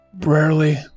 Rarely